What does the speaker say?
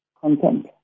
content